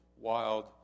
wild